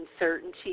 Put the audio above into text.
uncertainty